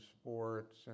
sports